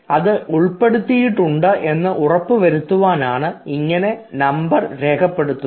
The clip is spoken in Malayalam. അത് ഉൾപ്പെടുത്തിയിട്ടുണ്ട് എന്ന് ഉറപ്പുവരുത്താനാണ് ഇങ്ങനെ നമ്പർ രേഖപ്പെടുത്തുന്നത്